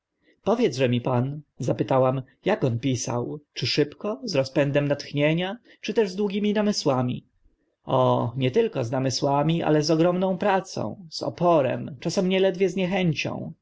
powiedzże mi pan zapytałam ak on pisał czy szybko z rozpędem na twórczość poeta tchnienia czy też z długimi namysłami o nie tylko z namysłami ale z okropną pracą z oporem czasem nieledwie z niechęcią